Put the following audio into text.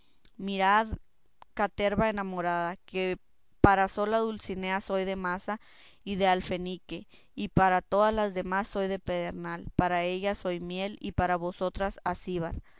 mirad caterva enamorada que para sola dulcinea soy de masa y de alfenique y para todas las demás soy de pedernal para ella soy miel y para vosotras acíbar para